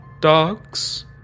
dogs